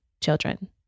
children